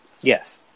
yes